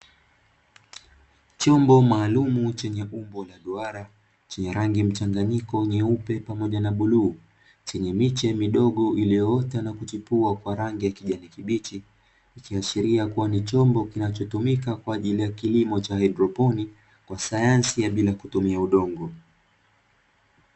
Chombo maalumu chenye umbo la duara, chenye rangi mchanganyiko nyeupe pamoja na bluu, chenye miche midogo iliyoota na kuchipua kwa rangi ya kijani kibichi; ikiashiria kuwa ni chombo kinachotumika kwa ajili ya kilimo cha hydroponi, kwa sayansi ya bila kutumia udongo.